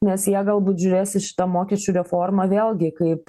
nes jie galbūt žiūrės į šitą mokesčių reformą vėlgi kaip